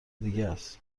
دیگس